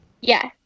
Yes